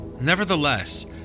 Nevertheless